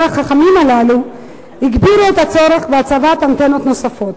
החכמים הללו הגביר את הצורך בהצבת אנטנות נוספות.